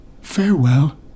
farewell